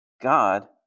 God